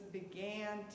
began